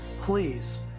Please